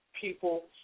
people